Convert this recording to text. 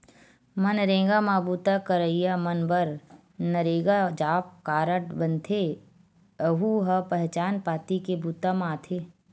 मनरेगा म बूता करइया मन बर नरेगा जॉब कारड बनथे, यहूं ह पहचान पाती के बूता म आथे